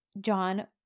John